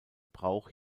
brauch